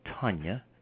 TANYA